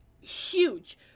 huge